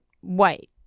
white